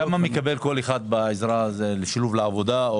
כמה מקבל כל אחד בעזרה לשילוב לעבודה?